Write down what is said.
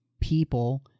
people